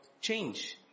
change